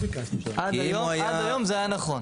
עד היום זה היה נכון.